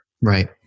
right